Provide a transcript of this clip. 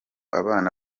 abana